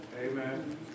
Amen